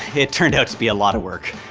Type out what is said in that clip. it turned out to be a lot of work.